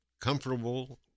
comfortable